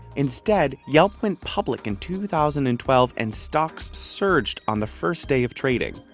instead, yelp went public in two thousand and twelve and stocks surged on the first day of trading.